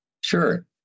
Sure